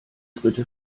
dritte